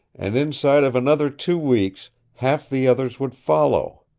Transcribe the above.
and inside of another two weeks half the others would follow.